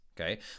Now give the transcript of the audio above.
okay